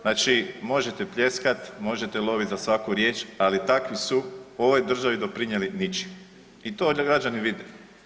Znači možete pljeskat, možete loviti za svaku riječ ali takvi su u ovoj državi doprinijeli ničim i to građani vide.